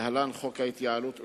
להלן: הצעת חוק ההתייעלות,